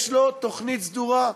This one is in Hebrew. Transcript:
יש לו תוכנית סדורה.